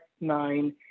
nine